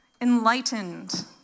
enlightened